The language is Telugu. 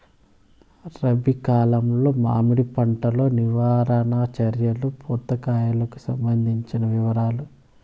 రబి కాలంలో మామిడి పంట లో నివారణ చర్యలు పూత కాయలకు సంబంధించిన వివరాలు?